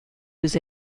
was